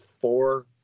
four